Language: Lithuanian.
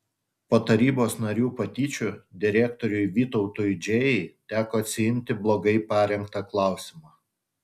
po tarybos narių patyčių direktoriui vytautui džėjai teko atsiimti blogai parengtą klausimą